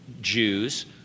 Jews